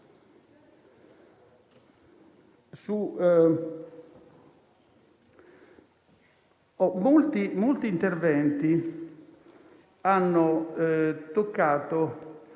Molti interventi hanno toccato